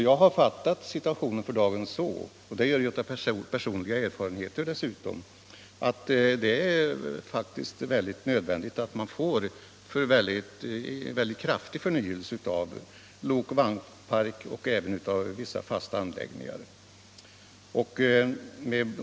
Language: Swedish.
Jag har fattat situationen för dagen så — det gör jag dessutom av personliga erfarenheter — att det är nödvändigt att få en kraftig förnyelse av lokoch vagnparken och även av vissa fasta anläggningar.